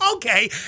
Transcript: Okay